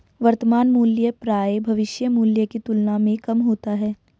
वर्तमान मूल्य प्रायः भविष्य मूल्य की तुलना में कम होता है